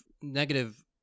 negative